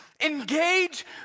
engage